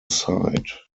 site